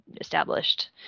established